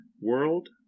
world